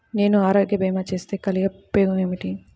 నేను ఆరోగ్య భీమా చేస్తే కలిగే ఉపయోగమేమిటీ?